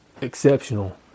Exceptional